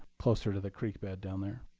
closer to the creek bed down there.